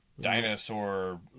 dinosaur